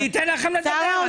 אני אתן לכם לדבר.